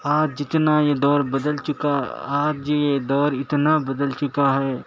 آج جتنا یہ دور بدل چکا آج یہ دور اتنا بدل چکا ہے